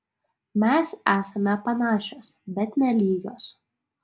mes esame panašios bet ne lygios